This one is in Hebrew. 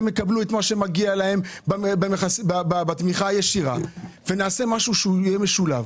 יקבלו את מה שמגיע להם בתמיכה הישירה ונעשה משהו שהוא יהיה משולב.